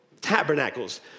Tabernacles